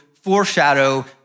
foreshadow